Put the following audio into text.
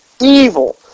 Evil